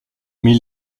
mais